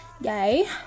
Yay